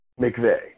McVeigh